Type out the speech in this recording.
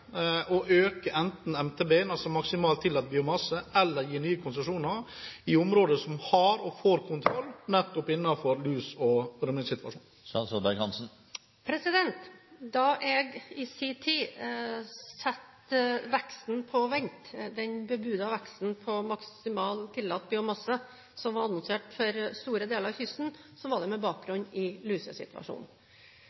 å øke enten MTB-en – altså maksimalt tillatt biomasse – eller gi nye konsesjoner i områder som har og får kontroll nettopp på luse- og rømningssituasjonen? Da jeg i sin tid satte den bebudede økningen i maksimalt tillatt biomasse som var annonsert for store deler av kysten, på vent, var det med